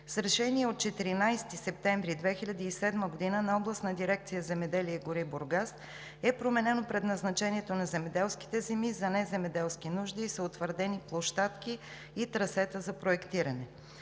С решение от 14 септември 2007 г. на Областна дирекция „Земеделие и гори“ – Бургас, е променено предназначението на земеделските земи за неземеделски нужди и са утвърдени площадки и трасета за проектиране.